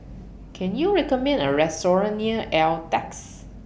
Can YOU recommend Me A Restaurant near Altez